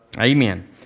Amen